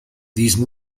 these